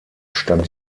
stand